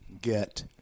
get